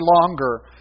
longer